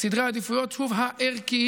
סדרי העדיפויות הערכיים.